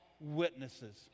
witnesses